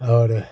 और